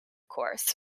course